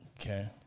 Okay